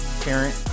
parent